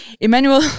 Emmanuel